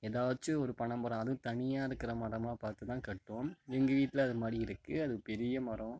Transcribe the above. எதாச்சும் ஒரு பனைமரம் அதுவும் தனியாக இருக்கிற மரமாக பார்த்துதான் கட்டும் எங்கள் வீட்டில் அதுமாதிரி இருக்கு அது பெரிய மரம்